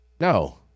No